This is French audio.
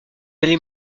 allez